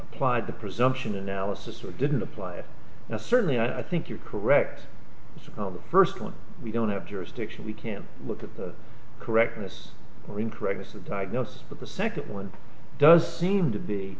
applied the presumption analysis or didn't apply it now certainly i think you're correct on the first one we don't have jurisdiction we can look at the correctness or incorrectness of diagnosis but the second one does seem to be